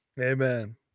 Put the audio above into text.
Amen